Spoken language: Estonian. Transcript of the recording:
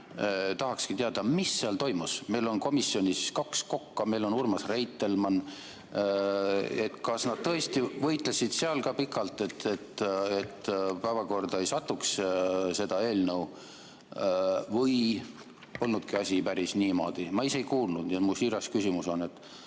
tahaks teada, mis seal toimus. Meil on komisjonis kaks Kokka, meil on Urmas Reitelmann. Kas nad tõesti võitlesid seal ka pikalt, et see eelnõu päevakorda ei satuks, või polnudki asi päris niimoodi? Ma ise ei kuulnud ja mu siiras küsimus on, et